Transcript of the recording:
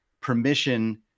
permission